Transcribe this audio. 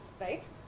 right